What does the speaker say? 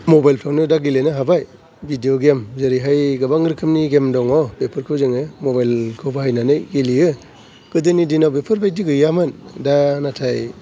mobile फ्रावनो दा गेलेनो हाबाय भिडिअ गेम जेरैहाय गोबां रोखोमनि गेम दङ बेफोरखौ जोङो मबाइल खौ बाहायनानै गेलेयो गोदोनि दिनाव बेफोर बादि गैयामोन दा नाथाय